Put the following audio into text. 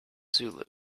zulu